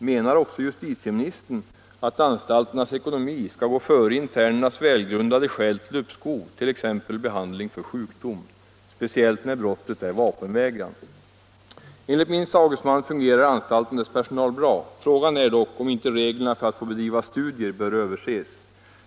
Menar också justitieministern att anstalternas ekonomi skall gå före välgrundade skäl till uppskov, t.ex. behandling av sjukdom, speciellt när brottet är vapenvägran? Enligt min sagesman fungerar anstalten och dess personal bra. Frågan är dock om inte reglerna för att få bedriva studier bör överses.